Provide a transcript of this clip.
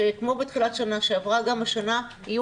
שכמו בתחילת שנה שעברה גם השנה יהיו